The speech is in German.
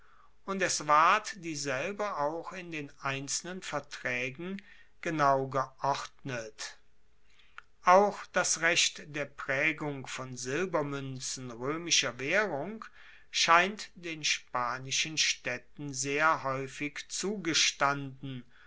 und es ward dieselbe auch in den einzelnen vertraegen genau geordnet auch das recht der praegung von silbermuenzen roemischer waehrung scheint den spanischen staedten sehr haeufig zugestanden